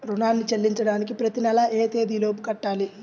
రుణాన్ని చెల్లించడానికి ప్రతి నెల ఏ తేదీ లోపు కట్టాలి?